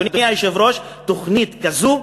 אדוני היושב-ראש, תוכנית כזו,